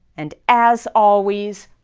and as always.